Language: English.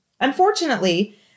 Unfortunately